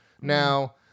Now